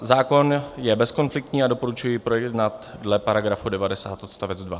Zákon je bezkonfliktní a doporučuji projednat dle § 90 odst. 2.